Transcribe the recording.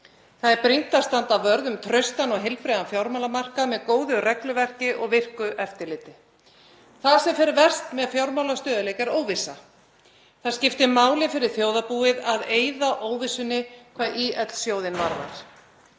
Það er brýnt að standa vörð um traustan og heilbrigðan fjármálamarkað með góðu regluverki og virku eftirliti. Það sem fer verst með fjármálastöðugleika er óvissa. Það skiptir máli fyrir þjóðarbúið að eyða óvissunni hvað ÍL-sjóðinn varðar.